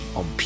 on